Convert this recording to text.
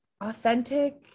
Authentic